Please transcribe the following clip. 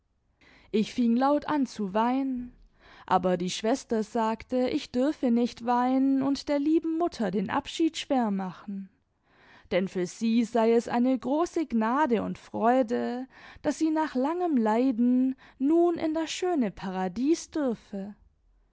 ich fing laut an zu weinen aber die schwester sagte ich dürfe nicht weinen und der lieben mutter den abschied schwer machen denn für sie sei es eine goße gnade und freude daß sie nach langem leiden nun in das schöne paradies dürfe